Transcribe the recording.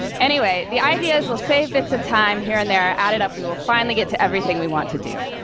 anyway, the idea is we'll save bits of time here and there, add it up, we will finally get to everything we want to do.